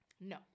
No